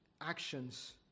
actions